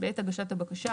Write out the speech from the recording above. בעת הגשת הבקשה,